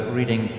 reading